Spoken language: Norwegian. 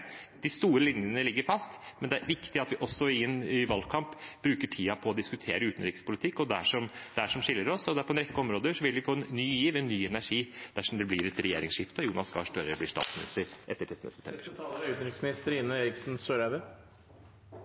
De store linjene ligger fast, men det er viktig at vi også i en valgkamp bruker tiden på å diskutere utenrikspolitikk og det som skiller oss. På en rekke områder vil vi få en ny giv, en ny energi, dersom det blir et regjeringsskifte og Jonas Gahr Støre blir statsminister etter